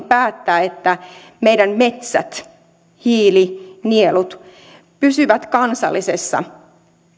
päättää että meidän metsät hiilinielut pysyvät kansallisessa